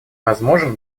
возможен